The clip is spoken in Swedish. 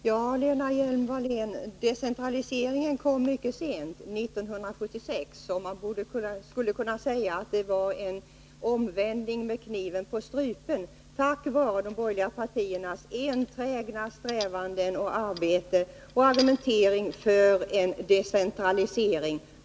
Herr talman! Ja, Lena Hjelm-Wallén, decentraliseringen kom mycket sent — 1976. Man skulle kunna säga att det var fråga om en omvändelse med kniven på strupen, tack vare de borgerliga partiernas enträgna strävan, arbete och argumentering för en decentralisering.